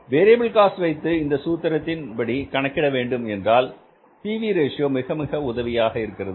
variable cost வைத்து இந்த சூத்திரத்தின் படி கணக்கிட வேண்டும் என்றால் P V ratio PV Ratio மிக மிக உதவியாக இருக்கிறது